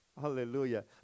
Hallelujah